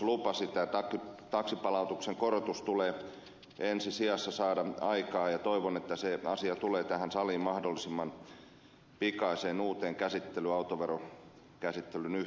manninen lupasi tämän taksipalautuksen korotus tulee ensi sijassa saada aikaan ja toivon että se asia tulee tähän saliin mahdollisimman pikaiseen uuteen käsittelyyn autoverokäsittelyn yhteydessä